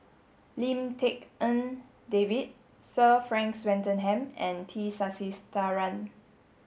Lim Tik En David Sir Frank Swettenham and T Sasitharan